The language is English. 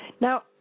Now